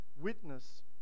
witness